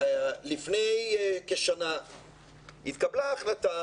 לפני כשנה התקבלה החלטה